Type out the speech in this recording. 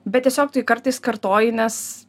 bet tiesiog tu jį kartais kartoji nes